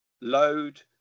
Load